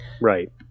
right